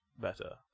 better